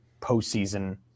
postseason